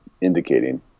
indicating